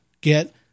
get